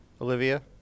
Olivia